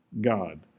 God